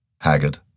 haggard